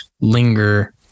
linger